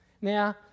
Now